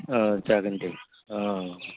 अ जागोन दे अ